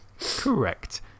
correct